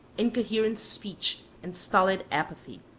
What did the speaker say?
incoherent speech, and stolid apathy.